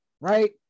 right